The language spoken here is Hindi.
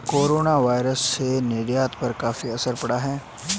कोरोनावायरस से निर्यात पर काफी असर पड़ा